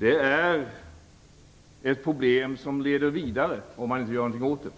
är ett problem som leder vidare, om man inte gör någonting åt det.